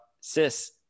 sis